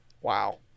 Wow